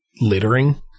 littering